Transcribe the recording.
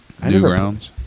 Newgrounds